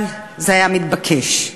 אבל זה היה מתבקש.